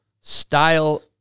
style